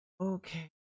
okay